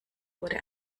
wurde